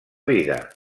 vida